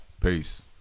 Peace